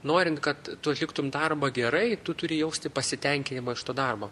norint kad tu atliktum darbą gerai tu turi jausti pasitenkinimą iš to darbo